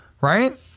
right